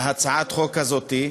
להצעת החוק הזאת,